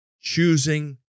choosing